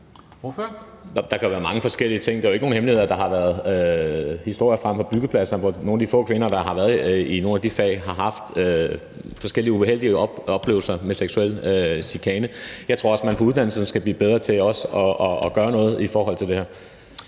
Der kan jo være mange forskellige ting. Det er jo ikke nogen hemmelighed, at der har været historier fremme fra byggepladser, hvor nogle af de få kvinder, der har været i nogle af de fag, har haft forskellige uheldige oplevelser med seksuel chikane. Jeg tror også, at man på uddannelserne skal blive bedre til at gøre noget. Kl.